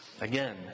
Again